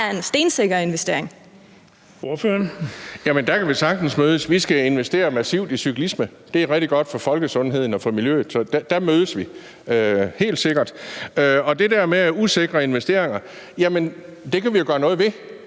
Lorentzen (V): Jamen der kan vi sagtens mødes. Vi skal investere massivt i cyklisme. Det er rigtig godt for folkesundheden og for miljøet, så der mødes vi helt sikkert. Og i forhold til det der med usikre investeringer kan vi jo gøre noget ved